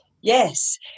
yes